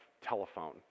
telephone